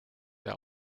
der